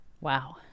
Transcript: Wow